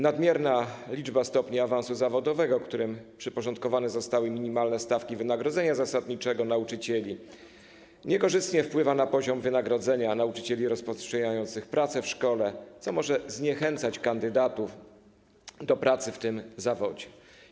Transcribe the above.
Nadmierna liczba stopni awansu zawodowego, którym przyporządkowane zostały minimalne stawki wynagrodzenia zasadniczego, niekorzystnie wpływa na poziom wynagrodzenia nauczycieli rozpoczynających pracę w szkole, co może zniechęcać kandydatów do pracy w tym zawodzie.